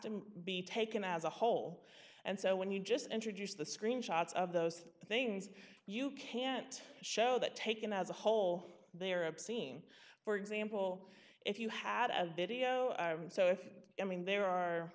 to be taken as a whole and so when you just introduce the screenshots of those things you can't show that taken as a whole they are obscene for example if you had a video so if i mean there are